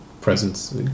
presence